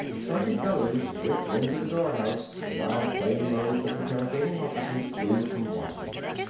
sergeant bellews went into the guardhouse while plane-loads of interrogating officers flew from washington.